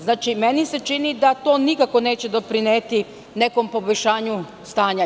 Znači, meni se čini da to nikako neće doprineti nekom poboljšanju stanja.